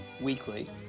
weekly